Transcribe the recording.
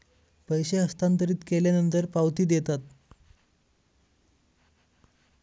पैसे हस्तांतरित केल्यानंतर पावती देतात